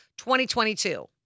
2022